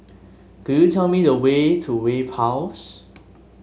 could you tell me the way to Wave House